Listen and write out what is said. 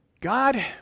God